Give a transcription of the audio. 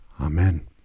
amen